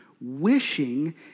Wishing